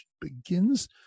begins